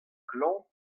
klañv